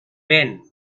ben